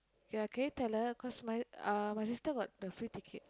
ya can you tell her cause my uh my sister got the free ticket